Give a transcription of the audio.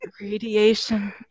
radiation